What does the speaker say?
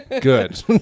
good